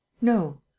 no.